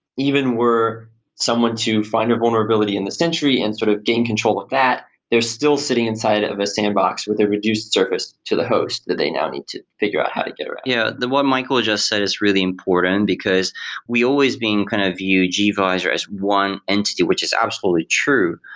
even were someone to find the vulnerability in the sentry and sort of gain control of that. they're still sitting inside of a sandbox with a reduced surface to the host that they now need to figure out how to get around yeah. the one michael just said is really important, because we always being kind of view gvisor as one entity, which is absolutely true.